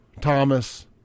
Thomas